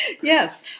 Yes